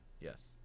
Yes